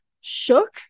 shook